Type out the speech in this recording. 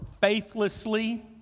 faithlessly